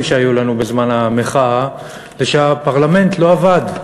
שהיו לנו בזמן המחאה זה שהפרלמנט לא עבד,